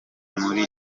muri